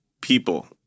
people